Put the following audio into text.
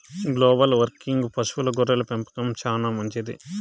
global వార్మింగ్కు పశువుల గొర్రెల పెంపకం చానా మంచిది